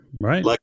right